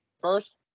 First